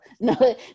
No